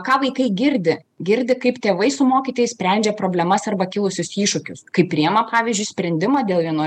ką vaikai girdi girdi kaip tėvai su mokytojais sprendžia problemas arba kilusius iššūkius kaip priima pavyzdžiui sprendimą dėl vienų